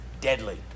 deadly